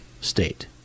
state